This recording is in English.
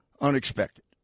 unexpected